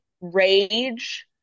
rage